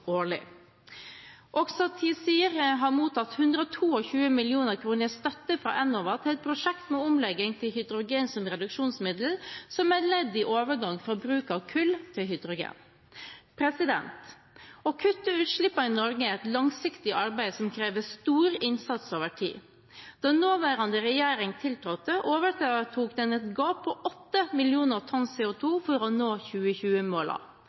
årlig. Også TiZir har mottatt 122 mill. kr i støtte fra Enova til et prosjekt med omlegging til hydrogen som reduksjonsmiddel, som et ledd i overgang fra bruk av kull til hydrogen. Å kutte utslippene i Norge er et langsiktig arbeid som krever stor innsats over tid. Da nåværende regjering tiltrådte, overtok den et gap på 8 millioner tonn CO2for å nå